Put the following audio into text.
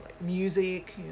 Music